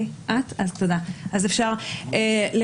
שהטילה על מטה ישראל דיגיטלית לפתח שורה של